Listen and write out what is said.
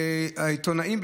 העיתונאים,